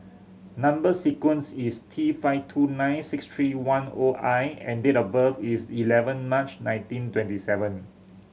number sequence is T five two nine six three one O I and date of birth is eleven March nineteen twenty seven